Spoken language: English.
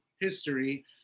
history